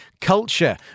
Culture